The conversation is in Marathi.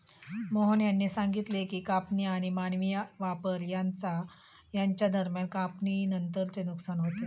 मोहन यांनी सांगितले की कापणी आणि मानवी वापर यांच्या दरम्यान कापणीनंतरचे नुकसान होते